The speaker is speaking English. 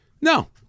No